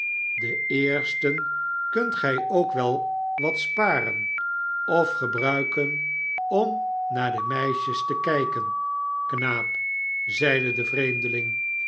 de eersten kunt gij ook wel wat sparen of gebruiken om naar de meisjes te kijken knaap zeide de vreemdeling